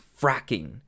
fracking